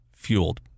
fueled